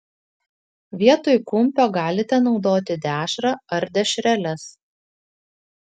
vietoj kumpio galite naudoti dešrą ar dešreles